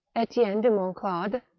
etienne de monclades,